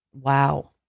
Wow